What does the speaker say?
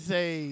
Say